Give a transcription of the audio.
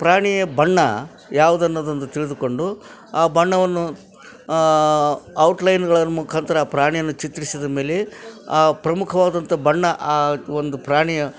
ಪ್ರಾಣಿಯ ಬಣ್ಣ ಯಾವ್ದು ಅನ್ನದೆಂದು ತಿಳಿದುಕೊಂಡು ಆ ಬಣ್ಣವನ್ನು ಔಟ್ಲೈನ್ಗಳ ಮುಖಾಂತರ ಆ ಪ್ರಾಣಿಯನ್ನು ಚಿತ್ರಿಸಿದ ಮೇಲೆ ಆ ಪ್ರಮುಖವಾದಂಥ ಬಣ್ಣ ಆ ಒಂದು ಪ್ರಾಣಿಯ